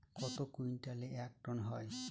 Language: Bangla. কত কুইন্টালে এক টন হয়?